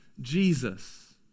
Jesus